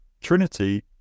Trinity